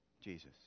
Jesus